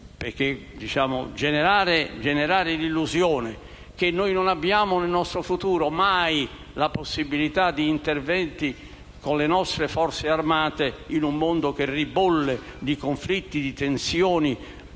Unite. Generare l'illusione che non avremo mai, nel nostro futuro, necessità di interventi con le nostre Forze armate, in un mondo che ribolle di conflitti, di tensioni